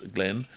Glenn